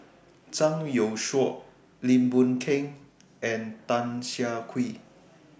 Zhang Youshuo Lim Boon Keng and Tan Siah Kwee